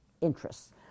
interests